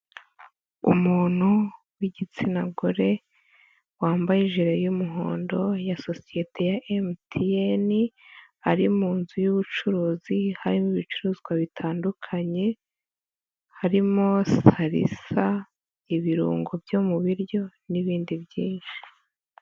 Umuntu w'igitsina gore wambaye jire y'umuhondo ya sosiyete ya MTN ari mu nzu y'ubucuruzi, harimo ibicuruzwa bitandukanye. Harimo salisa, ibirungo byo mu biryo n'ibindi byinshi.